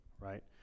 right